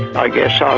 i guess um